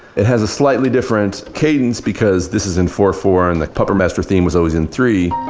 it has a slightly different cadence because this is in four-four and the puppet master theme was always in three.